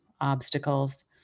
obstacles